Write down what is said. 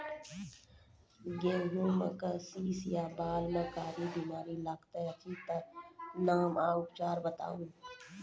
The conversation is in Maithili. गेहूँमक शीश या बाल म कारी बीमारी लागतै अछि तकर नाम आ उपचार बताउ?